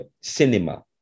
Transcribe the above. cinema